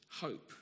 hope